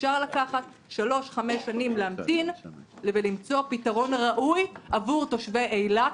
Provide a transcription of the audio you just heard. אפשר לקחת שלוש-חמש שנים להמתין ולמצוא פתרון ראוי עבור תושבי אילת,